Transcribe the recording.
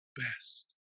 best